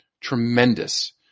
Tremendous